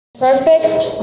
perfect